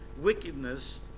wickedness